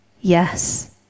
yes